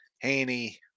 Haney